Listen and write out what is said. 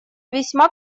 весьма